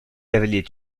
cavaliers